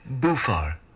Bufar